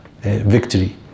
victory